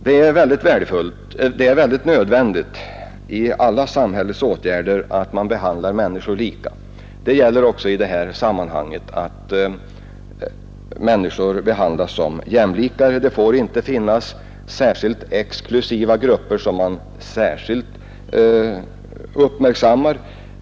När samhället vidtar åtgärder är det nödvändigt att människor behandlas i princip lika. Det gäller också i detta sammanhang. Det får inte finnas exklusiva grupper som man särskilt uppmärksammar.